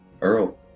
Earl